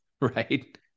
Right